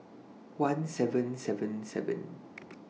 one seven seven seven